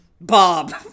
Bob